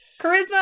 Charisma